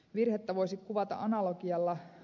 virhettä voisi kuvata analogialla